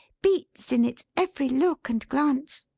beats in its every look and glance.